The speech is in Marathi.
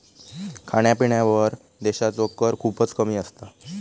खाण्यापिण्यावर देशाचो कर खूपच कमी असता